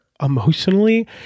emotionally